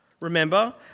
Remember